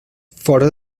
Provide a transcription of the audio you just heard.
fora